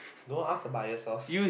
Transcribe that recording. don't ask a bias source